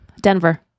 Denver